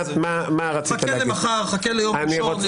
חכה למחר, חכה ליום ראשון.